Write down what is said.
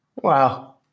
Wow